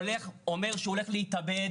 הולך אומר שהוא הולך להתאבד,